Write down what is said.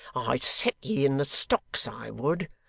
i'd set ye in the stocks, i would,